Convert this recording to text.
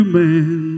man